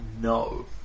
no